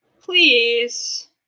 Please